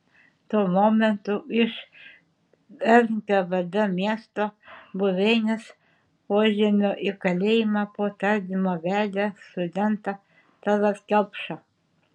tuo momentu iš nkvd miesto buveinės požemio į kalėjimą po tardymo vedė studentą tallat kelpšą